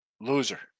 loser